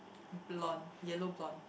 blonde yellow blonde